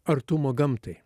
artumo gamtai